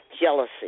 jealousy